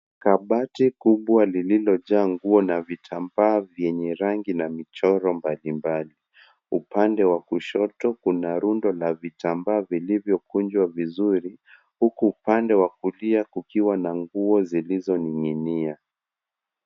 Kabati kubwa lililojaa nguo na vitambaa vyenye rangi na michoro mbalimbali. Upande wa kushoto kuna rundo la vitambaa vilivyokunjwa vizuri huku upande wa kulia kukiwa na nguo zilizoning'inia.